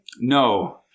No